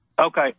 Okay